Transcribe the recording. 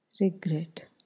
Regret